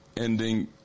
ending